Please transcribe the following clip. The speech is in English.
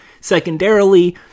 Secondarily